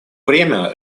время